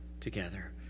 Together